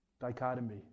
dichotomy